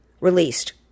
released